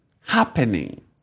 happening